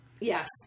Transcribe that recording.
yes